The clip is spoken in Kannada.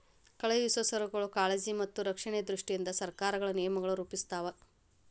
ಕಳುಹಿಸೊ ಸರಕುಗಳ ಕಾಳಜಿ ಮತ್ತ ರಕ್ಷಣೆಯ ದೃಷ್ಟಿಯಿಂದ ಸರಕಾರಗಳು ನಿಯಮಗಳನ್ನ ರೂಪಿಸ್ತಾವ